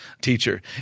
teacher